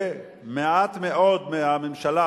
ומעטים מאוד מהממשלה,